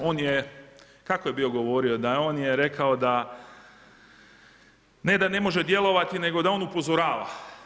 On je, kako je bio govorio da on je rekao da ne da ne može djelovati, nego da on upozorava.